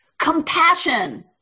compassion